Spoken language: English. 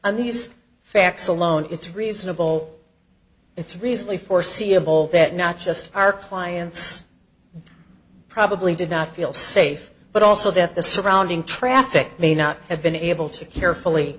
on these facts alone it's reasonable it's reasonably foreseeable that not just our clients probably did not feel safe but also that the surrounding traffic may not have been able to carefully